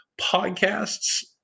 podcasts